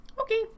Okay